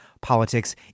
politics